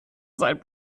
seinem